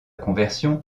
conversion